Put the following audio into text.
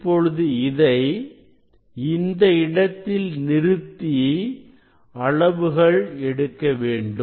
இப்பொழுது இதை இந்த இடத்தில் நிறுத்தி அளவுகள் எடுக்க வேண்டும்